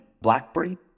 BlackBerry